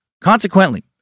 Consequently